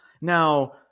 now